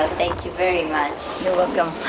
thank you very much. you're welcome.